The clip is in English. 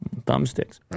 thumbsticks